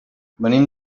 venim